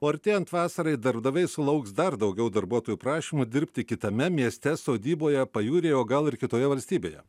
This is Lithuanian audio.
o artėjant vasarai darbdaviai sulauks dar daugiau darbuotojų prašymų dirbti kitame mieste sodyboje pajūryje o gal ir kitoje valstybėje